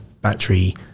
battery